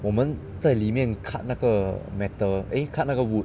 我们在里面 cut 那个 metal eh cut 那个 wood